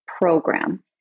program